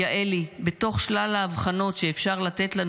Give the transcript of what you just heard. יעלי בתוך שלל האבחנות שאפשר לתת לנו